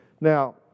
Now